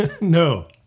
No